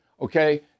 okay